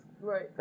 Right